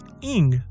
ing